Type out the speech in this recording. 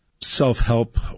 self-help